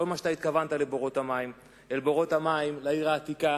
לא אל בורות המים שלהם התכוונת,